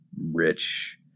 rich